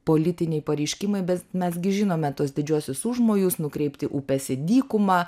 politiniai pareiškimai bet mes gi žinome tuos didžiuosius užmojus nukreipti upes į dykumą